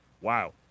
Wow